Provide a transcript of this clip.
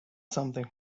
something